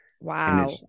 Wow